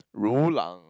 Rulang